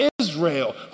Israel